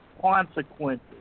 consequences